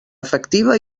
efectiva